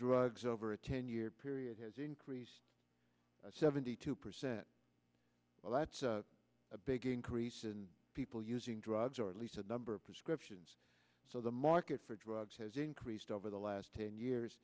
drugs over a ten year period has increased seventy two percent well that's a big increase in people using drugs or at least the number of prescriptions so the market for drugs has increased over the last ten